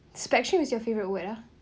specially with your favourite word lah